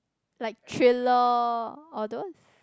like thriller all those